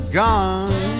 gone